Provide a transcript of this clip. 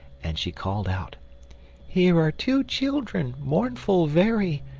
and she called out here are two children, mournful very,